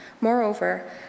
Moreover